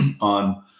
on